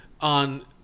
on